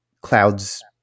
clouds